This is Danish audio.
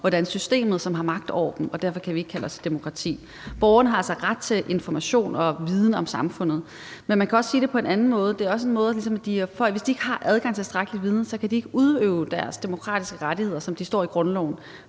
viden om systemet, som har magt over dem, og derfor kan vi ikke kalde os et demokrati. Borgerne har altså en ret til information og viden om samfundet. Men man kan også sige det på en anden måde, altså at folk, hvis de ikke har adgang til tilstrækkelig viden, så ikke kan udøve deres demokratiske rettigheder, som står i grundloven.